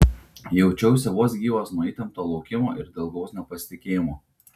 jaučiausi vos gyvas nuo įtempto laukimo ir dilgaus nepasitikėjimo